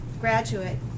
graduate